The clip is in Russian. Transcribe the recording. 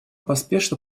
поспешно